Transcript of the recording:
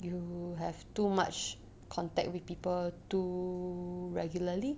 you have too much contact with people too regularly